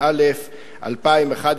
אושרה